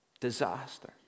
Disaster